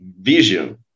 vision